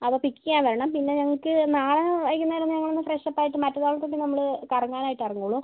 അപ്പോൾ പിക്ക് ചെയ്യാൻ വരണം പിന്നെ ഞങ്ങൾക്ക് നാളെ വൈകുന്നേരം ഞങ്ങളൊന്ന് ഫ്രഷ് ആപ്പ് ആയിട്ട് മറ്റന്നാൾ തൊട്ട് നമ്മൾ കറങ്ങാനായിട്ട് ഇറങ്ങുവുള്ളു